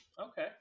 Okay